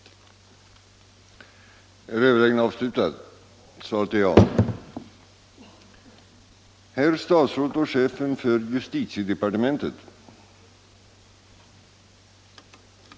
redovisa penningbidrag, m.m.